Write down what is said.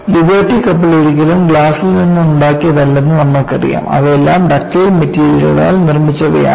liberty കപ്പൽ ഒരിക്കലും ഗ്ലാസിൽ നിന്ന് ഉണ്ടാക്കിയതല്ലെന്ന് നമ്മൾക്കറിയാം അവയെല്ലാം ഡക്റ്റൈൽ മെറ്റീരിയലുകളാൽ നിർമ്മിച്ചവയാണ്